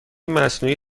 مصنوعی